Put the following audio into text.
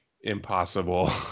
impossible